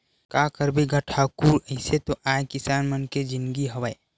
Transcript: का करबे गा ठाकुर अइसने तो आय किसान मन के जिनगी हवय